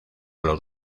los